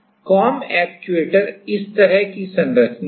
comb actuator इस तरह की संरचना है